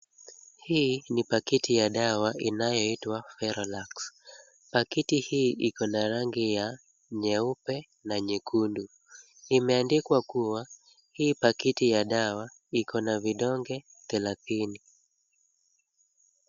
Hii ni pakiti ya dawa inayoitwa Ferolax. Pakiti hii iko na rangi ya nyeupe na nyekundu. Imeandikwa kuwa, hii pakiti ya dawa iko na vidonge thelathini.